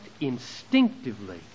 instinctively